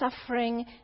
suffering